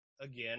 again